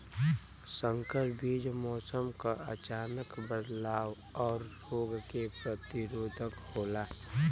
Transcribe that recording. संकर बीज मौसम क अचानक बदलाव और रोग के प्रतिरोधक होला